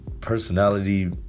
personality